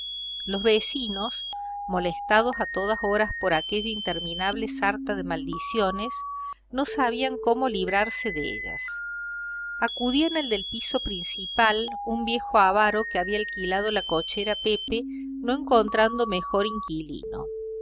los vecinos molestados a todas horas por aquella interminable sarta de maldiciones no sabían cómo librarse de ellas acudían al del piso principal un viejo avaro que había alquilado la cochera a pepe no encontrando mejor inquilino no